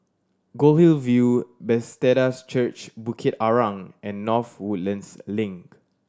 Goldhill View Bethesda's Church Bukit Arang and North Woodlands Link